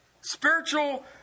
Spiritual